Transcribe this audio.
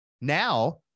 Now